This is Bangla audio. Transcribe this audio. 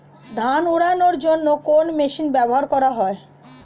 ধান উড়ানোর জন্য কোন মেশিন ব্যবহার করা হয়?